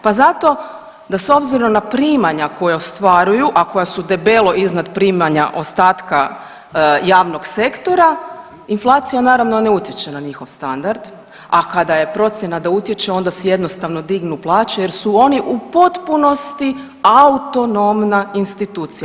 Pa zato da s obzirom na primanja koja su ostvaruju, a koja su debelo iznad primanja ostatka javnog sektora, inflacija naravno ne utječe na njihov standard, a kada je procjena da utječe onda si jednostavno dignu plaće jer su oni u potpunosti autonomna institucija.